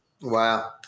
Wow